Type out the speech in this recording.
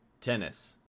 tennis